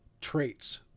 traits